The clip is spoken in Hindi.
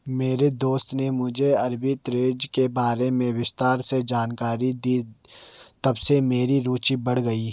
मेरे दोस्त ने मुझे आरबी ट्रेज़ के बारे में विस्तार से जानकारी दी तबसे मेरी रूचि बढ़ गयी